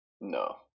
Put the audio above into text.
No